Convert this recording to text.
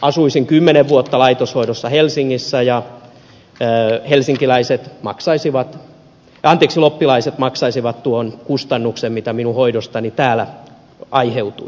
asuisin kymmenen vuotta laitoshoidossa helsingissä ja loppilaiset maksaisivat tuon kustannuksen mitä minun hoidostani täällä aiheutuisi